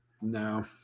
No